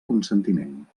consentiment